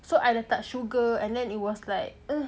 so I letak sugar and then it was like uh